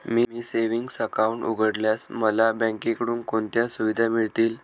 मी savings account उघडल्यास मला बँकेकडून कोणत्या सुविधा मिळतील?